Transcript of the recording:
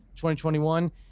2021